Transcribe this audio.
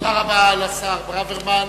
תודה רבה לשר ברוורמן.